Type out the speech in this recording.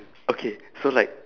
okay so like